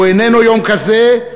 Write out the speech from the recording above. הוא איננו יום כזה,